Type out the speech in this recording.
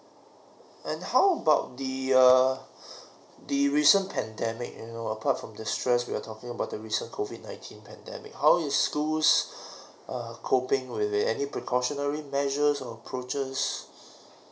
and how about the err the recent pandemic you know apart from the stress we're talking about the recent COVID nineteen pandemic how is schools err coping with it any precautionary measures or approaches